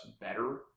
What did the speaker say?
better